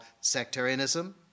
sectarianism